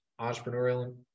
entrepreneurial